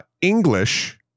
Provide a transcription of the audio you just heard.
English